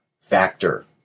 factor